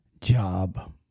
job